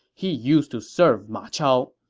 he used to serve ma chao.